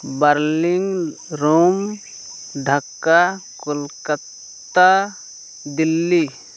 Berlin Rome Dhaka Kolkata Delhi